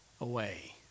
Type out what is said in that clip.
away